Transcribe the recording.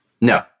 No